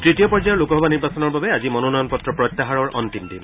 তৃতীয় পৰ্যায়ৰ লোকসভা নিৰ্বাচনৰ বাবে আজি মনোনয়ন পত্ৰ প্ৰত্যাহাৰ অন্তিম দিন